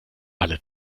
alle